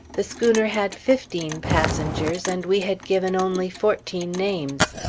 the schooner had fifteen passengers, and we had given only fourteen names.